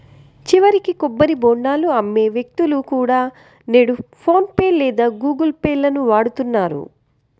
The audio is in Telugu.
చివరికి కొబ్బరి బోండాలు అమ్మే వ్యక్తులు కూడా నేడు ఫోన్ పే లేదా గుగుల్ పే లను వాడుతున్నారు